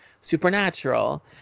supernatural